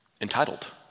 entitled